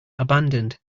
abandoned